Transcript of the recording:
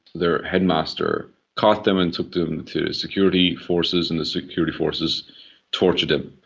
there headmaster caught them and took them to security forces and the security forces tortured them.